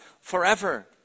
forever